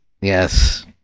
Yes